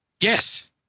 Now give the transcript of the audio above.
Yes